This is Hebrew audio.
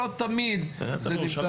אני קודם